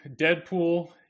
Deadpool